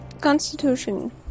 Constitution